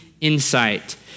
insight